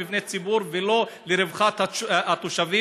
לא למבני ציבור ולא לרווחת התושבים.